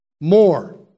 more